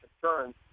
concerns